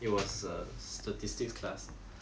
it was a statistics class